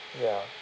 ya